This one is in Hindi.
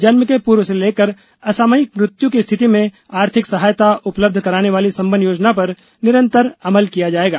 जन्म के पूर्व से लेकर असामयिक मृत्यु की स्थिति में आर्थिक सहायता उपलब्ध कराने वाली संबल योजना पर निरंतर अमल किया जाएगा